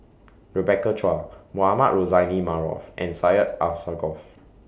Rebecca Chua Mohamed Rozani Maarof and Syed Alsagoff